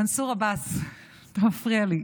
מנסור עבאס, אתה מפריע לי.